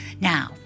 Now